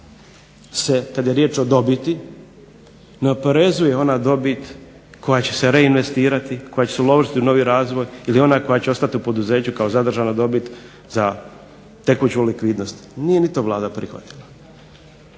se, kad je riječ o dobiti ne oporezuje ona dobit koja će se reinvestirati, koja će se uložiti u novi razvoj ili ona koja će ostati u poduzeću kao zadržana dobit za tekuću likvidnost. Nije ni to Vlada prihvatila.